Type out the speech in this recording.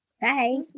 Bye